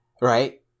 Right